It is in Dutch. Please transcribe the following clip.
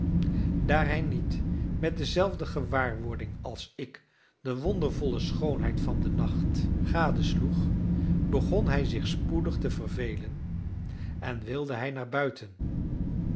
hij niet met dezelfde gewaarwording als ik de wondervolle schoonheid van den nacht gadesloeg begon hij zich spoedig te vervelen en wilde hij naar buiten